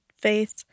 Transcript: faith